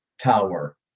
tower